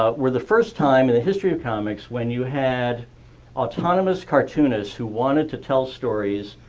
ah were the first time in the history of comics when you had autonomous cartoonists who wanted to tell stories,